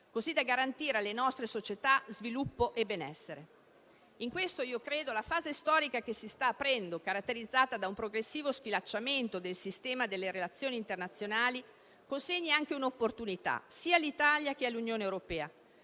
così da garantire alle nostre società sviluppo e benessere. In questo credo che la fase storica che si sta aprendo, caratterizzata da un progressivo sfilacciamento del sistema delle relazioni internazionali, consegni anche un'opportunità sia all'Italia che all'Unione europea: